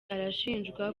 arashinjwa